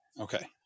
Okay